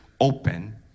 open